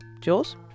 Jules